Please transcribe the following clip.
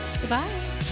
goodbye